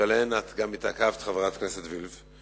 שעליהם את גם התעכבת, חברת הכנסת וילף.